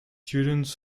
students